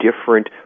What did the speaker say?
different